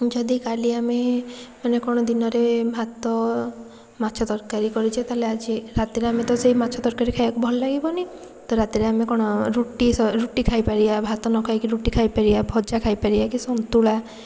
ଯଦି କାଲି ଆମେ ମାନେ କ'ଣ ଦିନରେ ଭାତ ମାଛ ତରକାରୀ କରିଛେ ତାହେଲେ ଆଜି ରାତିରେ ଆମେ ତ ସେଇ ମାଛ ତରକାରୀ ଖାଇବାକୁ ଭଲ ଲାଗିବନି ତ ରାତିରେ ଆମେ କ'ଣ ରୁଟି ସ ରୁଟି ଖାଇପାରିବା ଭାତ ନଖାଇକି ରୁଟି ଖାଇପାରିବା ଭଜା ଖାଇପାରିବା କି ସନ୍ତୁଳା